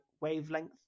wavelength